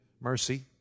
mercy